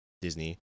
Disney